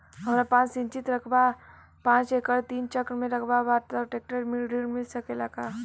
हमरा पास सिंचित रकबा पांच एकड़ तीन चक में रकबा बा त ट्रेक्टर ऋण मिल सकेला का?